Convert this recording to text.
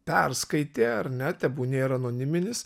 perskaitė ar ne tebūnie ir anoniminis